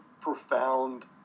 profound